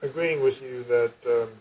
agreeing with you that